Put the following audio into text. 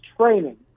training